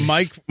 Mike